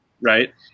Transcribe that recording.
right